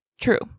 true